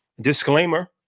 disclaimer